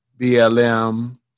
BLM